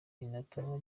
binatuma